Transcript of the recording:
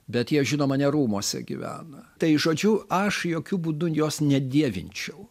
bet jie žino mane rūmuose gyvena tai žodžiu aš jokiu būdu jos ne dievinčiau